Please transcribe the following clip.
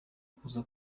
kuza